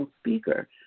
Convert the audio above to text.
speaker